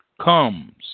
comes